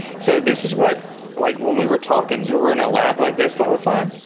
so this is what like when we were talking, you were in a lab like this the whole time?